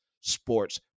sports